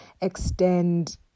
extend